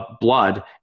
blood